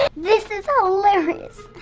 this is hilarious!